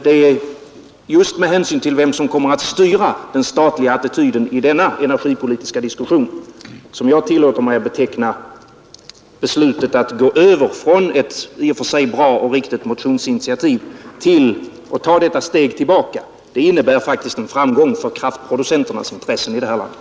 Det är just med hänsyn till vem som kommer att styra den statliga attityden i denna energipolitiska diskussion som jag tillåter mig att beteckna beslutet att gå över från ett i och för sig bra och riktigt motionsinitiativ till att ta detta steg tillbaka som en framgång för kraftproducenternas intressen i det här landet.